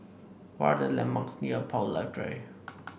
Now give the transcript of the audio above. what are the landmarks near Paul Little Drive